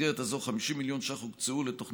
במסגרת זו הוקצו 50 מיליון ש"ח לתוכנית